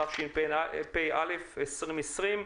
התשפ"א-2020.